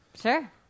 sure